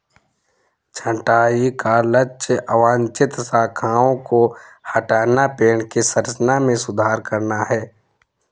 छंटाई का लक्ष्य अवांछित शाखाओं को हटाना, पेड़ की संरचना में सुधार करना है